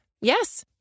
Yes